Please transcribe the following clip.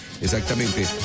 exactamente